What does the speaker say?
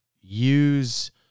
use